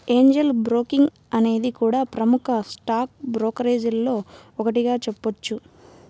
Angel Broking అనేది కూడా ప్రముఖ స్టాక్ బ్రోకరేజీల్లో ఒకటిగా చెప్పొచ్చు